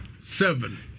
seven